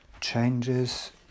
changes